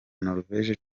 norvege